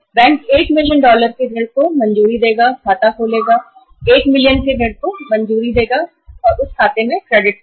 bank 1 million dollar के loan की मंजूरी देगा एक खाता खोलेगा1 मिलियन डॉलर के ऋण की मंजूरी देगा और फिर उस खाते में क्रेडिट कर देगा